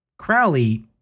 Crowley